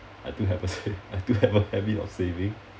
I do have a sa~ I do have a habit of saving